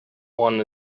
one